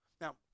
Now